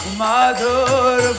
madhur